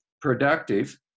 productive